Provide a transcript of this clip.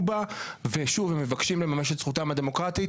בה והם מבקשים לממש את זכותם הדמוקרטית.